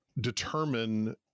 determine